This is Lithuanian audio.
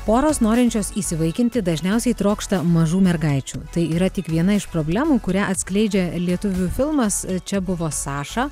poros norinčios įsivaikinti dažniausiai trokšta mažų mergaičių tai yra tik viena iš problemų kurią atskleidžia lietuvių filmas ir čia buvo saša